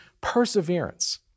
perseverance